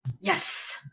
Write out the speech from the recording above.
Yes